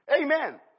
Amen